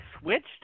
switched